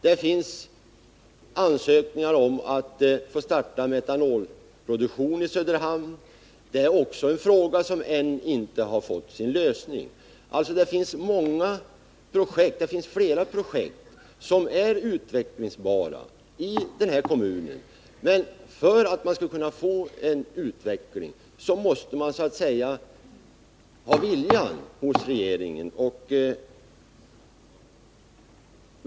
Det finns också ansökningar om att få starta metanolproduktion i Söderhamn. Det är också en fråga som ännu inte fått sin lösning. Det finns alltså flera projekt som är utvecklingsbara i denna kommun, men för att man skall kunna få till stånd en utveckling måste det så att säga finnas en vilja hos regeringen.